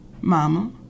Mama